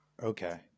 Okay